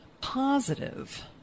positive